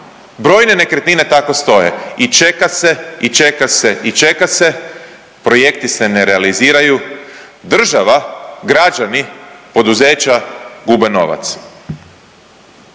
Brojne nekretnine tako stoje i čeka se i čeka se i čeka se, projekti se ne realiziraju, država, građani, poduzeća gube novac.